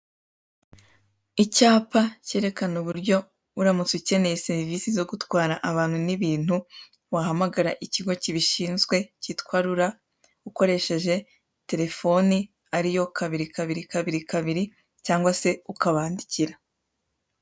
Icyapa kerekana uburyo uramutse ukeneye serivisi zo gutwara abantu n'ibintu wahampagara ikigo kibishinzwe kitwa RURA, ukoresheje telephone ariyo kabiri, kabiri, kabiri cyangwa se ukabandikira.